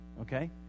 okay